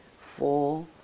four